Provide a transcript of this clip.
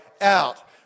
out